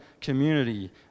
community